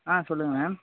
ஆ சொல்லுங்கள் மேம்